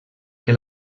que